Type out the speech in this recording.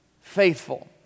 faithful